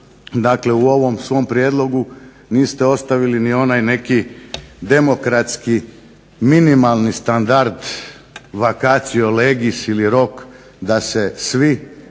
Dakle, u ovom svom prijedlogu niste ostavili ni onaj neki demokratski minimalni standard vacatio legis ili rok da se svi